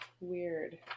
weird